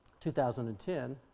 2010